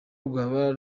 rwaba